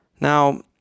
Now